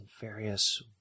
various